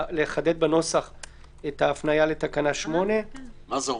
לחדד בנוסח את ההפניה לתקנה 8. מה זה אומר?